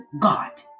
God